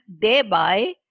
thereby